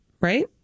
right